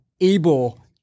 able